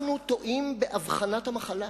אנחנו טועים באבחון המחלה,